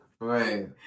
Right